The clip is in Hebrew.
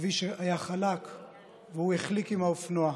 הכביש היה חלק והוא החליק עם האופנוע.